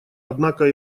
однако